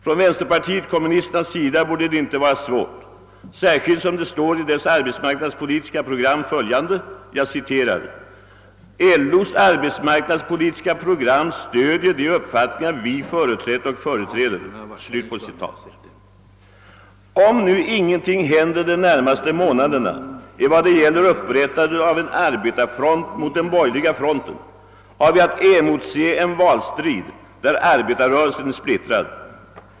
Från vänsterpartiet kommunisternas sida borde det inte vara svårt, särskilt som det står i dess arbetsmarknadspolitiska program följande: »LO:s arbetsmarknadspolitiska program stödjer de uppfattningar vi företrätt och företräder.» Om nu ingenting händer de närmaste månaderna vad beträffar upprättandet av en arbetarfront mot den borgerliga fronten, har vi att emotse en valstrid där arbetarrörelsen är splittrad.